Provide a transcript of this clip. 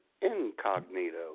incognito